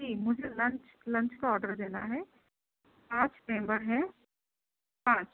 جی مجھے lunch lunch کا order دینا ہے پانچ ممبر ہیں پانچ